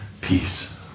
peace